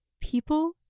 people